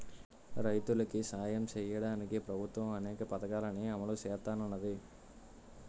రైతులికి సాయం సెయ్యడానికి ప్రభుత్వము అనేక పథకాలని అమలు సేత్తన్నాది